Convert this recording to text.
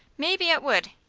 maybe it would.